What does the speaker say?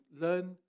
learn